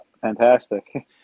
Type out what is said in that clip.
fantastic